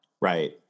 Right